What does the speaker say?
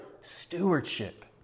stewardship